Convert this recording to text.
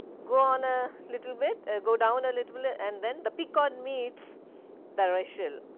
go on a little bit, ah go down a little bit and then the pequod meets the rachel,